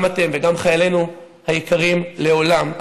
גם אתם וגם חיילינו היקרים: לעולם,